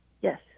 Yes